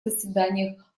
заседаниях